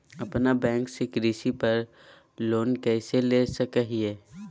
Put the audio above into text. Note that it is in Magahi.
अपना बैंक से कृषि पर लोन कैसे ले सकअ हियई?